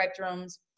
spectrums